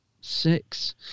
six